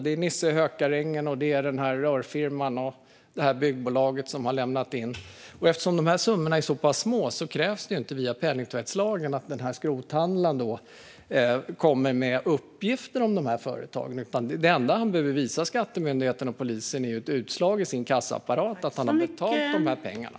Det är Nisse i Hökarängen, det är den här rörfirman och det där byggbolaget som har lämnat in skrot. Eftersom summorna är så pass små kräver inte penningtvättslagen att skrothandlaren kommer med uppgifter om företagen. Det enda han behöver visa Skattemyndigheten och polisen är ett utslag i kassaapparaten som visar att han har betalt ut pengarna.